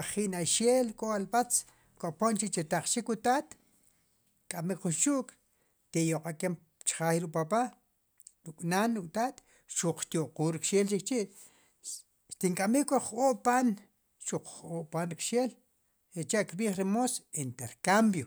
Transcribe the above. ri'ji'naxeel ko' alb'atz ko'poon chi' chu rtaqxik wu taat. xk'amb'ik jun xu'k, xt'e yo'qa'nken chjaay ruk' papa, ruk'naan. ruk taat, xuq xtyo'quul rk'xeel chikchi' xtink'ab'ik wa'j-oob'paan, xuq j- oob. paan rk'xeel sicha'kb'iij ke'moos intercambio.